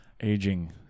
Aging